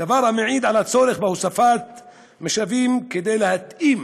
דבר המעיד על הצורך בהוספת משאבים כדי להתאים